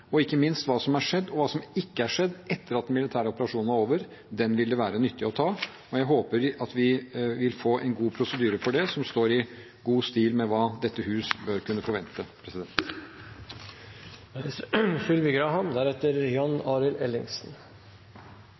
og ikke minst av hva som har skjedd, og hva som ikke har skjedd, etter at den militære operasjonen var over, vil det være nyttig å ta, og jeg håper at vi vil få en god prosedyre for det som står i god stil med hva dette hus bør kunne forvente.